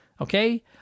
Okay